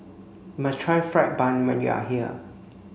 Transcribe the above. must try fried bun when you are here